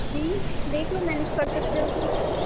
جی دیکھ لو مینج کر سکتے ہو تو